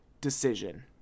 decision